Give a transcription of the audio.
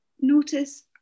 notice